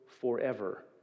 forever